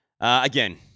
Again